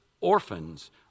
Orphans